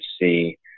see